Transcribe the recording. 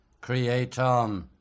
creator